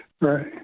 right